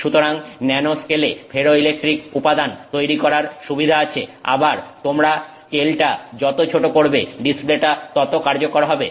সুতরাং ন্যানো স্কেলে ফেরোইলেকট্রিক উপাদান তৈরি করার সুবিধা আছে আবার তোমরা স্কেল টা যত ছোট করবে ডিসপ্লেটা ততো কার্যকর হবে